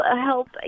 help